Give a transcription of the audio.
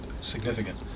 significant